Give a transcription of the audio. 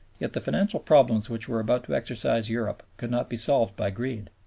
yet the financial problems which were about to exercise europe could not be solved by greed.